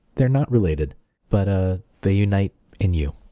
they're not related but ah they unite in you.